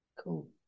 Cool